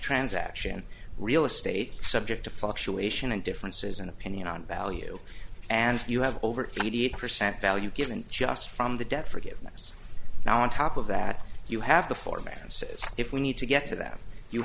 transaction real estate subject to factual ation and differences in opinion on value and you have over ninety eight percent value given just from the debt forgiveness now on top of that you have the four ma'am says if we need to get to them you